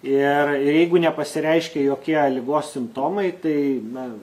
ir ir jeigu nepasireiškė jokie ligos simptomai tai na